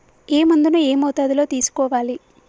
ఏ మందును ఏ మోతాదులో తీసుకోవాలి?